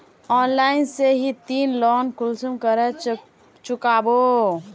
Online से ती loan कुंसम करे चुकाबो?